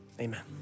Amen